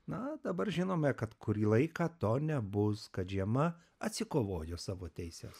na dabar žinome kad kurį laiką to nebus kad žiema atsikovojo savo teises